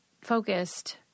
focused